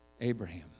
Abraham